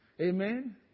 Amen